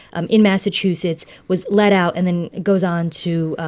um in massachusetts was let out and then goes on to.